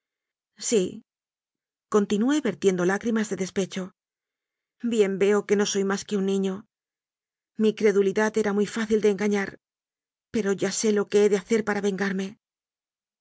perfidias sícontinué vertiendo lágrimas de despecho bien veo que no soy más que un niño mi credulidad era muy fácil de en gañar pero ya sé lo que he de hacer para vengar